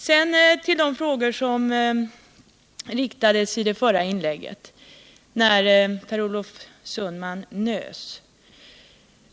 Sedan till de frågor som ställdes i det förra inlägget, när Per Olof Sundman nös.